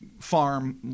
farm